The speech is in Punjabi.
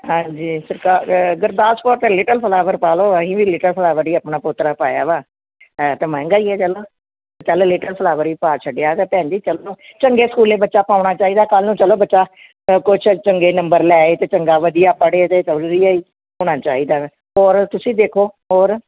ਹਾਂਜੀ ਸਰਕਾਰ ਗੁਰਦਾਸਪੁਰ ਤਾਂ ਲਿਟਲ ਫਲਾਵਰ ਪਾ ਲਓ ਅਸੀਂ ਵੀ ਲਿਟਲ ਫਲਾਵਰ ਹੀ ਆਪਣਾ ਪੋਤਰਾ ਪਾਇਆ ਵਾ ਹੈ ਅਤੇ ਮਹਿੰਗਾ ਹੀ ਹੈ ਚਲ ਚਲ ਲਿਟਲ ਫਲਾਵਰ ਹੀ ਪਾ ਛੱਡਿਆ ਗਾ ਭੈਣ ਜੀ ਚਲੋ ਚੰਗੇ ਸਕੂਲੇ ਬੱਚਾ ਪਾਉਣਾ ਚਾਹੀਦਾ ਕੱਲ੍ਹ ਨੂੰ ਚਲੋ ਬੱਚਾ ਕੁਛ ਚੰਗੇ ਨੰਬਰ ਲੈ ਆਏ ਅਤੇ ਚੰਗਾ ਵਧੀਆ ਪੜ੍ਹੇ ਅਤੇ ਹੋਣਾ ਚਾਹੀਦਾ ਹੈ ਹੋਰ ਤੁਸੀਂ ਦੇਖੋ ਹੋਰ